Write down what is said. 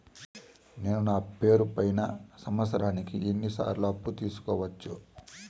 నేను నా పేరుపై సంవత్సరానికి ఎన్ని సార్లు అప్పు తీసుకోవచ్చు?